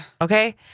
Okay